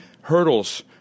hurdles